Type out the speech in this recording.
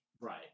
Right